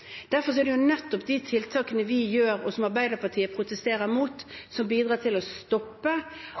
Derfor er det nettopp de tiltakene vi gjør, og som Arbeiderpartiet protesterer mot, som bidrar til å